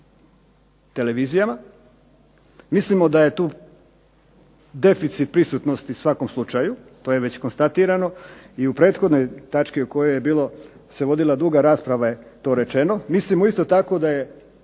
televizijama. Mislimo da je tu deficit prisutnosti u svakom slučaju, to je već konstatirano. I u prethodnoj točki o kojoj se vodila duga rasprava je to rečeno. Mislimo isto tako da je